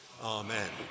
Amen